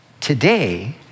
today